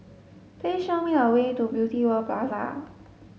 please show me the way to Beauty World Plaza